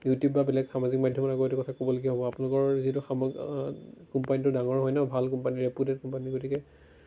YouTube বা বেলেগ সামাজিক মাধ্যমত আকৌ এইটো কথা ক'বলগীয়া হ'ব আপোনালোকৰ যিহেতু সাম কোম্পানীটো ডাঙৰ হয় ন ভাল কোম্পানী ৰেপুটেড কোম্পানী গতিকে